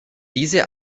diese